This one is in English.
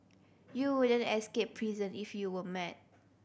you wouldn't escape prison if you weren't mad